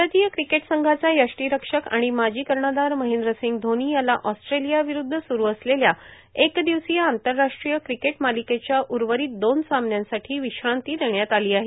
भारतीय क्रिकेट संघाचा यष्टीरक्षक आणि माजी कर्णधार महेंद्रसिंग धोनी याला ऑस्ट्रेलिया विरूध्द स्रू असलेल्या एकदिवसीय आंतरराष्ट्रीय क्रिकेट मालिकेच्या उर्वरित दोन सामन्यांसाठी विश्रांती देण्यात आली आहे